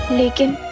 taken